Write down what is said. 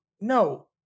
no